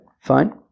Fine